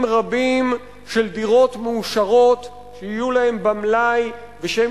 רבים של דירות מאושרות שיהיו להם במלאי ושהם